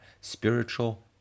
spiritual